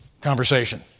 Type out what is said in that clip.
conversation